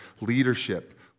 leadership